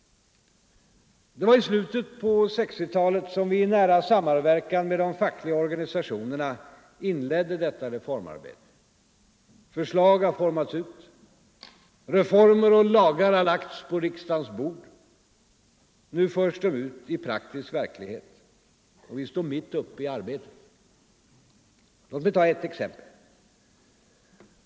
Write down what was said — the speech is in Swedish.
Det var i slutet på 1960-talet som vi i nära samverkan med de fackliga organisationerna inledde detta reformarbete. Förslag har formats ut. Reformer och lagar har lagts på riksdagens bord. Nu förs de ut i praktisk verklighet. Vi står mitt uppe i arbetet. Låt mig ta ett exempel!